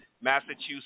Massachusetts